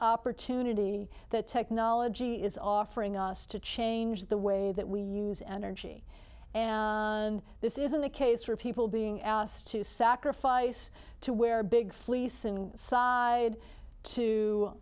opportunity that technology is offering us to change the way that we use energy and this isn't the case for people being asked to sacrifice to wear a big fleece and side to